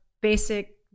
basic